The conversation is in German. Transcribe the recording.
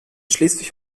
schleswig